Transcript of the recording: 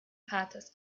vaters